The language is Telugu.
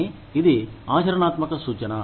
కానీ ఇది ఆచరణాత్మక సూచన